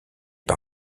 par